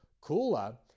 cooler